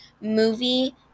movie